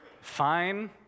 fine